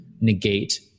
negate